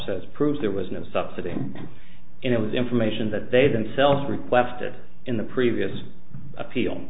says proves there was no subsidy and it was information that they themselves requested in the previous appeal